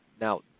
Now